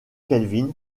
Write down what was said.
kelvin